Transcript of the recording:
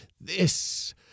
This